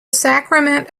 sacrament